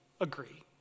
agree